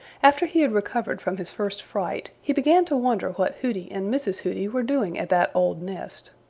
after he had recovered from his first fright he began to wonder what hooty and mrs. hooty were doing at that old nest.